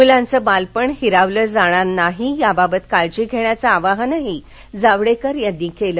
मुलांचं बालपण हिरावलं जाणार नाही याबाबत काळजी घेण्याचं आवाहनही जावडेकर यांनी केलं